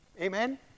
Amen